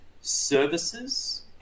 services